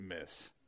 miss